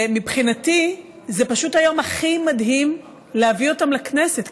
ומבחינתי זה פשוט היום הכי מדהים להביא אותם לכנסת,